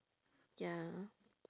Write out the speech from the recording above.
ya